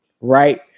right